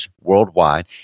worldwide